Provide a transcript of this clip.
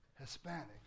Hispanic